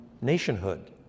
nationhood